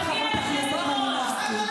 חברת הכנסת יוליה מלינובסקי.